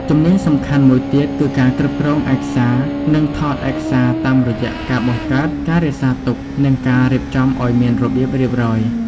ជំនាញសំខាន់មួយទៀតគឺការគ្រប់គ្រងឯកសារនិងថតឯកសារតាមរយៈការបង្កើត ការរក្សាទុក និងការរៀបចំឱ្យមានរបៀបរៀបរយ។